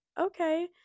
okay